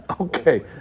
Okay